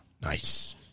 nice